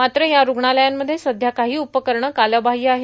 मात्र या रूग्णालयांमध्ये सध्या काही उपकरणं कालबाह्य आहेत